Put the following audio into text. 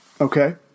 Okay